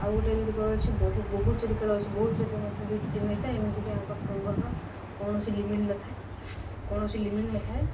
ଆଉ ଗୋଟେ ଏମିତି ଖେଳ ଅଛି ବହୁ ବହୁ ଚୋରି ଖେଳ ଅଛି ବହୁ ଚୋରି ମଧ୍ୟ ଦୁଇଟି ଟିମ୍ ହେଇଥାଏ ଏମିତିି ଆଙ୍କର ମେମ୍ବର୍ କୌଣସି ଲିମିଟ୍ ନଥାଏ କୌଣସି ଲିମିଟ୍ ନଥାଏ